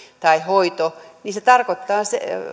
tai hoito tarkoittaa